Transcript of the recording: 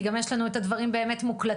כי גם יש לנו את הדברים באמת מוקלטים,